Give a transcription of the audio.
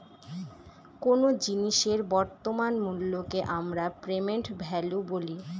কোন জিনিসের বর্তমান মুল্যকে আমরা প্রেসেন্ট ভ্যালু বলি